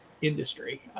industry